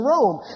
Rome